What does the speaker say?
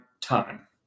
time